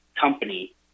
company